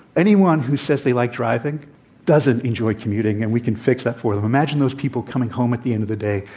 anyone who says they like driving doesn't enjoy commuting, and we can fix that for them. imagine those people coming home at the end of the day,